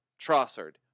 Trossard